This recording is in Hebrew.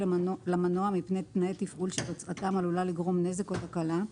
למנוע מפני תנאי תפעול שתוצאתם עלולה לגרום נזק או תקלה,